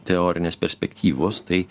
teorinės perspektyvos tai